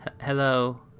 Hello